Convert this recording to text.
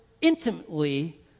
intimately